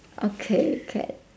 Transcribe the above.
okay can